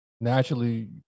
naturally